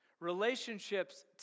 Relationships